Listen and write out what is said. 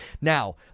now